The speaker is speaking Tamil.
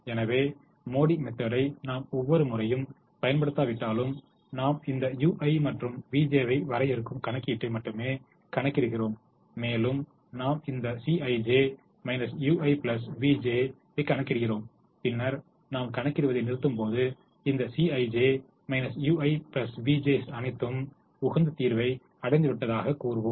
எனவே மோடி மெத்தெடை நாம் ஒவ்வொரு முறையும் பயன்படுத்தாவிட்டாலும் நாம் இந்த ui மற்றும் vj ஐ வரையறுக்கும் கணக்கீட்டை மட்டுமே கணக்கீடுகிறோம் மேலும் நாம் இந்த Cij ui vj ஐ கணக்கிடுகிறோம் பின்னர் நாம் கணக்கிடுவதை நிறுத்தும்போது இந்த Cij ui vj's அனைத்தும் உகந்த தீர்வை அடைந்துவிட்டதாகக் கூறும்வோம்